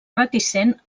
reticent